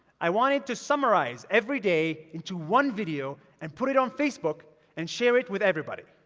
i wanted to summarize every day into one video and put it on facebook and share it with everybody.